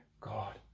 God